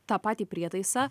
tą patį prietaisą